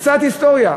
קצת היסטוריה.